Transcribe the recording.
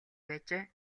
байжээ